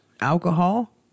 alcohol